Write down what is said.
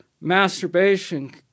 masturbation